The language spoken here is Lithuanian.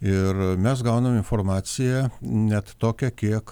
ir mes gaunam informaciją net tokią kiek